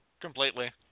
completely